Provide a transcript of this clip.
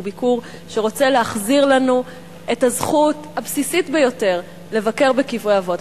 הוא ביקור שרוצה להחזיר לנו את הזכות הבסיסית ביותר לבקר בקברי אבות,